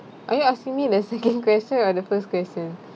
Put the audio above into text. are you asking me the second question or the first question